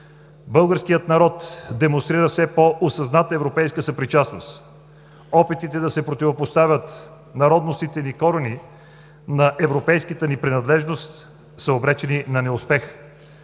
Българският народ демонстрира все по-осъзната европейска съпричастност. Опитите да се противопоставят народностните ни корени на европейската ни принадлежност са обречени на неуспех.